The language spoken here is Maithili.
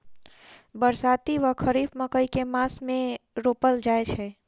बरसाती वा खरीफ मकई केँ मास मे रोपल जाय छैय?